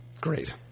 Great